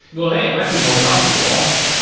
well, hey, it might be more profitable also.